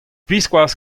biskoazh